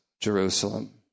Jerusalem